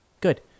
Good